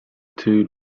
two